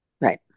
Right